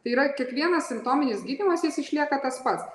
tai yra kiekvienas simptominis gydymas jis išlieka tas pats